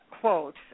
Quote